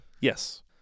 Yes